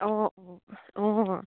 অঁ অঁ অঁ অঁ